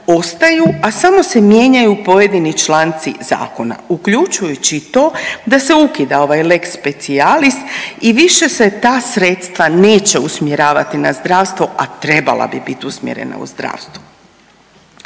ostaju, a samo se mijenjaju pojedini članci zakona uključujući i to da se ukida ovaj lex specialis i više se ta sredstva neće usmjeravati na zdravstvo, a trebala bi biti usmjerena u zdravstvo.